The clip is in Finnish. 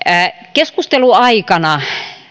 keskustelun aikana